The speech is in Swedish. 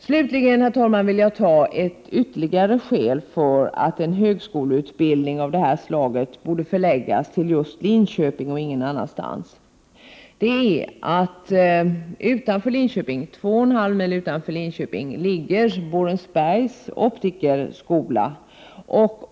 Slutligen, herr talman, vill jag anföra ytterligare ett skäl för att en högskoleutbildning av det här slaget borde förläggas till just Linköping och ingen annanstans. 2,5 mil utanför Linköping ligger Borensberg optikerskola.